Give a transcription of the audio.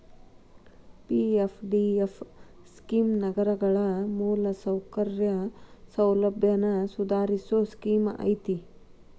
PFDF scheme ನಗರಗಳ ಮೂಲಸೌಕರ್ಯ ಸೌಲಭ್ಯನ ಸುಧಾರಸೋ ಸ್ಕೇಮ್ ಐತಿ